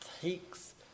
takes